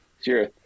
Sure